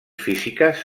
físiques